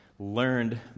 learned